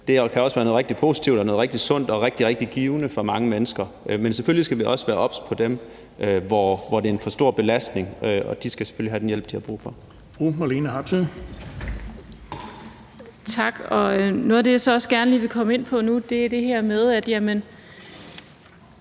Det kan også være noget rigtig positivt og sundt og noget rigtig, rigtig givende for mange mennesker. Men selvfølgelig skal vi også være obs på dem, som det er en for stor belastning for, og de skal selvfølgelig have den hjælp, de har brug for.